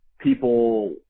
people